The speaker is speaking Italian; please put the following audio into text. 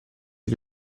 che